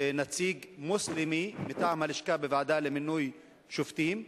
נציג מוסלמי מטעם הלשכה בוועדה למינוי שופטים?